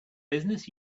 business